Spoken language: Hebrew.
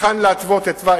היכן להתוות את התוואי,